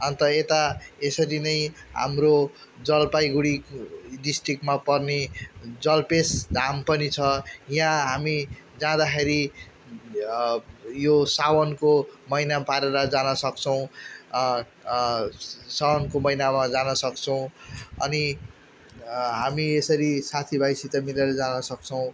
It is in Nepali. अन्त यता यसरी नै हाम्रो जलपाइगुडीको डिस्ट्रि्क्टमा पर्ने जलपेस धाम पनि छ यहाँ हामी जाँदाखेरि यो साउनको महिना पारेर जान सक्छौँ साउनको महिनामा जान सक्छौँ अनि हामी यसरी साथीभाइसित मिलेर जान सक्छौँ